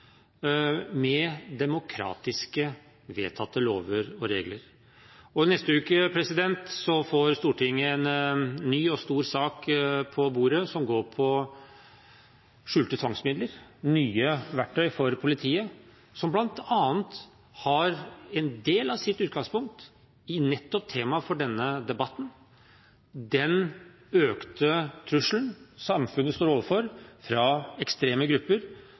med demokratisk vedtatte lover og regler. Neste uke får Stortinget en ny og stor sak på bordet som handler om skjulte tvangsmidler, nye verktøy for politiet, som bl.a. har en del av sitt utgangspunkt i nettopp temaet for denne debatten: den økte trusselen samfunnet står overfor fra ekstreme grupper